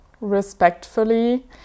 respectfully